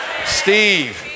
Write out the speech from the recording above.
Steve